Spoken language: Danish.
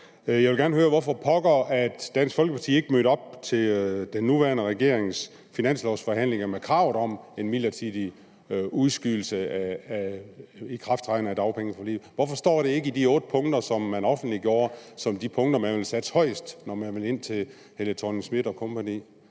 Jeg vil gerne høre, hvorfor pokker Dansk Folkeparti ikke mødte op til den nuværende regerings finanslovforhandlinger med kravet om en midlertidig udskydelse af ikrafttræden af dagpengeforliget. Hvorfor står det ikke i de otte punkter, som man offentliggjorde som de punkter, man ville satse mest på, når man kom ind til statsministeren